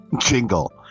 Jingle